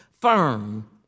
firm